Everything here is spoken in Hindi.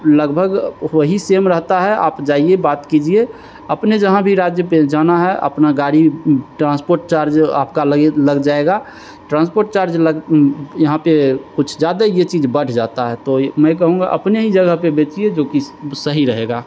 लगभग वही सेम रहता है आप जाइए बात कीजिए अपने जहाँ भी राज्य पर जाना है अपना गाड़ी ट्रांसपोर्ट चार्ज आपका लगे लग जाएगा ट्रांसपोर्ट चार्ज लग यहाँ पर कुछ ज़्यादा ये चीज़ बढ़ जाता है तो मैं कहूँगा अपने ही जगह पर बेचिए जो कि सही रहेगा